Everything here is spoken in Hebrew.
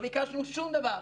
לא ביקשנו שום דבר.